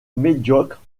médiocre